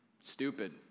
Stupid